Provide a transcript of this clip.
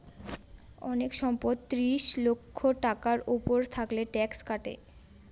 অনেক সম্পদ ত্রিশ লক্ষ টাকার উপর থাকলে ট্যাক্স কাটে